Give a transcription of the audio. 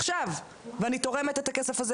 עכשיו ואני תורמת את הכסף הזה,